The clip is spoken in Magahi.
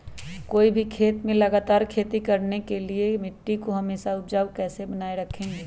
कोई भी खेत में लगातार खेती करने के लिए मिट्टी को हमेसा उपजाऊ कैसे बनाय रखेंगे?